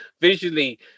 Visually